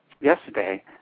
yesterday